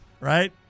Right